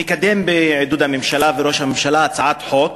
הוא מקדם, בעידוד הממשלה וראש הממשלה, הצעת חוק